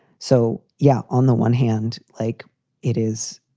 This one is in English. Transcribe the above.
so, yeah, on the one hand, like it is.